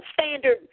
standard